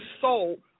soul